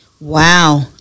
Wow